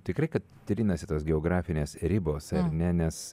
tikrai kad trinasi tos geografinės ribos ar ne nes